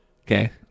Okay